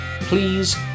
please